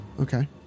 Okay